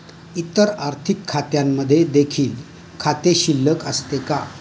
इतर आर्थिक खात्यांमध्ये देखील खाते शिल्लक असते का?